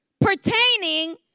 pertaining